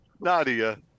Nadia